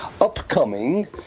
upcoming